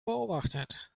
beobachtet